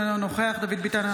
אינו נוכח דוד ביטן,